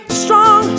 strong